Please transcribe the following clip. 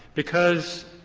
because,